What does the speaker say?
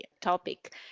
topic